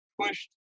pushed